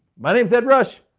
my name's ed rush.